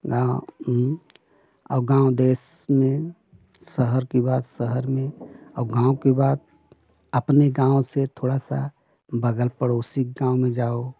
गाँव और गाँव देश में शहर की बात शहर में और गाँव की बात अपने गाँव से थोड़ा सा बगल पड़ोसी के गाँव में जाओ